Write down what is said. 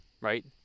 right